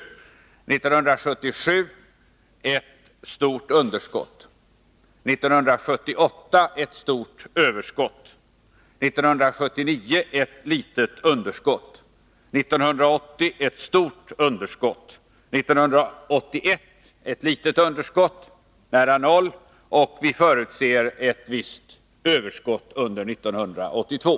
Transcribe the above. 1977 hade vi ett stort underskott, 1978 ett stort överskott, 1979 ett litet underskott, 1980 ett stort underskott, 1981 ett litet underskott, nära noll, och vi förutser ett visst överskott under 1982.